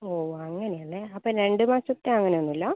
ഓ അങ്ങനയാല്ലേ അപ്പോൾ രണ്ട് മാസത്തെ അങ്ങനെ ഒന്നും ഇല്ല